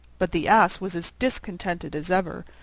but the ass was as discontented as ever,